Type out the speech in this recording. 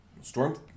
Storm